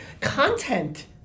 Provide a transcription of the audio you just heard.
content